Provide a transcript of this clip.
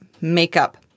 makeup